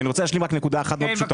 אני רוצה להשלים רק נקודה אחת מאוד פשוטה.